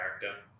character